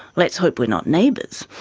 let's hope we're not neighbours.